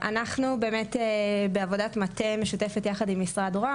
אנחנו בעבודת מטה משותפת יחד עם משרד ראש הממשלה,